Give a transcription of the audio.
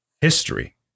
history